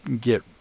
get